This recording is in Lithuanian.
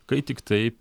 kai tiktai